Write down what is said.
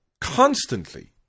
constantly